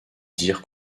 dire